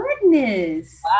goodness